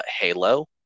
Halo